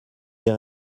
des